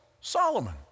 Solomon